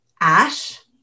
ash